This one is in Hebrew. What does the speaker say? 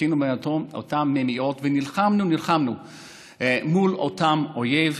שתינו מאותן מימיות ונלחמנו מול אותו אויב.